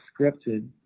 scripted